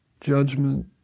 judgment